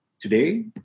today